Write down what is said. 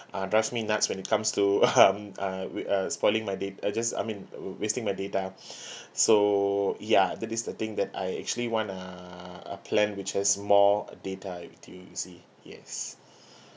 uh drives me nuts when it comes to um uh wa~ uh spoiling my da~ uh just I mean wa~ wasting my data so ya that this a thing that I actually want a a plan which has more data actually you see yes